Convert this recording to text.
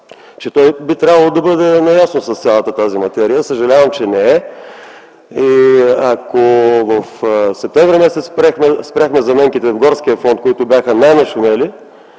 че той би трябвало да бъде наясно с цялата тази материя. Съжалявам, че не е. И ако през м. септември м.г. спряхме заменките в горския фонд, които бяха най-нашумели,